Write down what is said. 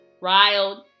riled